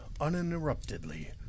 uninterruptedly